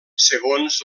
segons